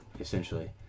essentially